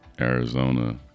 Arizona